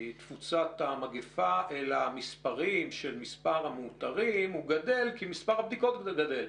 בתפוצת המגיפה אלא המספרים של מספר המאותרים גדל כי מספר הבדיקות גדל.